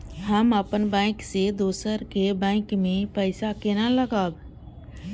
हम अपन बैंक से दोसर के बैंक में पैसा केना लगाव?